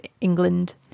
England